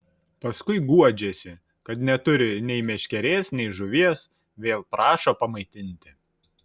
paskui guodžiasi kad neturi nei meškerės nei žuvies vėl prašo pamaitinti